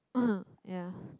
uh ya